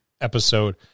episode